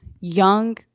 young